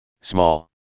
small